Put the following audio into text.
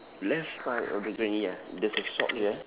left side of the granny ah there's a shop here